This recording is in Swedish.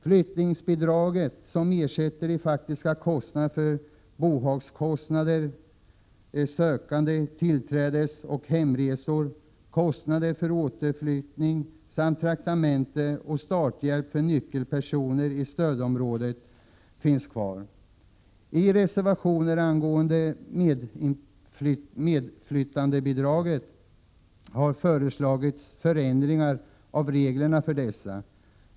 Flyttningsbidraget som ersätter de faktiska kostnaderna för flyttning av bohag, sökandes tillträdesoch hemresor, kostnader för återflyttning samt traktamente och starthjälp för nyckelpersoner i stödområdet finns kvar. I reservationer angående medflyttandebidraget har föreslagits förändringar av reglerna för dessa.